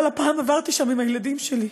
אבל הפעם עברתי שם עם הילדים שלי.